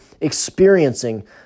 experiencing